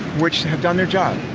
which have done their job.